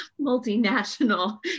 multinational